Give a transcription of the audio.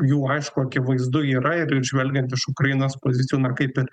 jų aišku akivaizdu yra ir žvelgiant iš ukrainos pozicijų na kaip ir